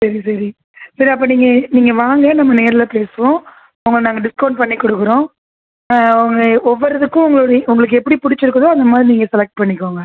சரி சரி சரி அப்போ நீங்கள் நீங்கள் வாங்க நம்ம நேரில் பேசுவோம் உங்களை நாங்கள் டிஸ்கௌண்ட் பண்ணி கொடுக்குறோம் உங்கள் ஒவ்வொரு இதுக்கும் உங்களுடைய உங்களுக்கு எப்படி பிடிச்சிருக்குதோ அந்த மாதிரி நீங்கள் செலக்ட் பண்ணிக்கோங்க